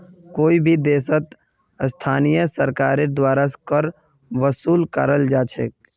कोई भी देशत स्थानीय सरकारेर द्वारा कर वसूल कराल जा छेक